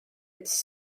its